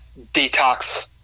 detox